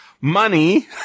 money